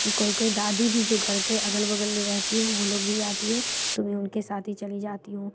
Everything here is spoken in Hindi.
कोई कोई दादी भी जो घर के अगल बग़ल में रहती हैं वो लोग भी आती हैं तो फिर उनके साथ ही चली जाती हूँ